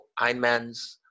Ironmans